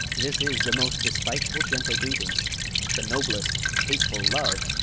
this is the most despiteful'st gentle greeting the noblest hateful love,